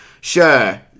sure